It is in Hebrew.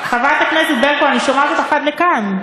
חברת הכנסת ברקו, אני שומעת אותך עד לכאן.